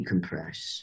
decompress